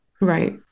Right